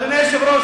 אדוני היושב-ראש,